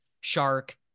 Shark